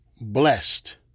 blessed